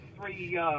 three